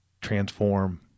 transform